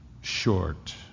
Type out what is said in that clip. Short